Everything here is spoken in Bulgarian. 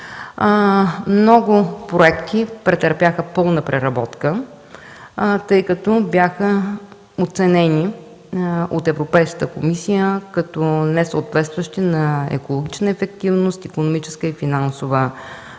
Много проекти претърпяха пълна преработка, тъй като бяха оценени от Европейската комисия като несъответстващи на екологичната ефективност, икономическо и финансово